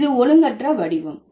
இது ஒழுங்கற்ற வடிவம்